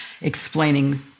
explaining